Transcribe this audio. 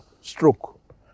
stroke